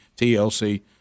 TLC